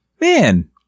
man